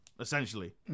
essentially